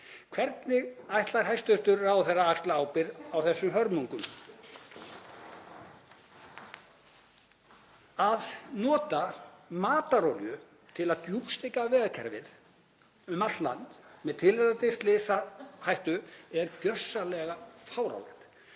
Hvernig ætlar hæstv. ráðherra að axla ábyrgð á þessum hörmungum? Að nota matarolíu til að djúpsteikja vegakerfið um allt land með tilheyrandi slysahættu er gjörsamlega fáránlegt